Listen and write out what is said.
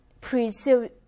preserve